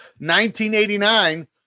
1989